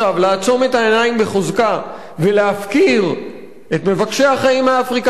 ולהפקיר את מבקשי החיים מאפריקה ואת תושבי השכונות ביחד למצוקה,